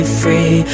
free